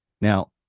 now